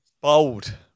Bold